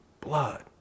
blood